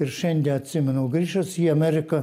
ir šiandie atsimenu grįžęs į ameriką